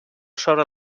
sobre